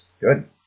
Good